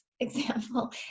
Example